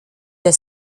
der